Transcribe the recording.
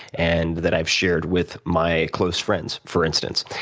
and that i have shared with my close friends, for instance,